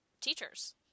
teachers